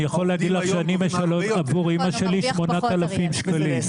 אני משלם עבור אימא שלי 8,000 שקלים.